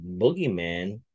boogeyman